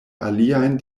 aliajn